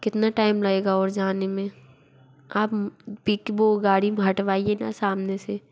कितना टाइम लगेगा और जाने में आप पिक वो गाड़ी हटवाइए ना सामने से